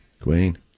queen